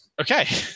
Okay